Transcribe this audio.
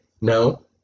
No